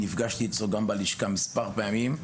נפגשתי אתו מספר פעמים,